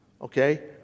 Okay